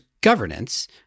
governance